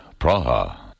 Praha